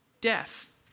Death